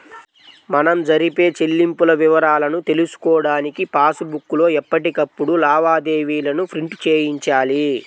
మనం జరిపే చెల్లింపుల వివరాలను తెలుసుకోడానికి పాస్ బుక్ లో ఎప్పటికప్పుడు లావాదేవీలను ప్రింట్ చేయించాలి